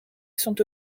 sont